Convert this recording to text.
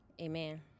Amen